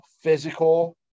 physical